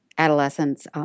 Adolescents